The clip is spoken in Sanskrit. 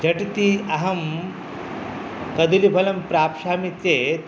झटिति अहं कदलीफलं प्राप्ष्यामि चेत्